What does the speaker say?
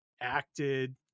acted